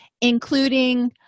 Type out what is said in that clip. including